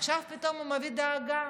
ועכשיו פתאום הוא מביע דאגה.